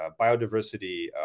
biodiversity